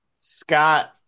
Scott